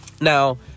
now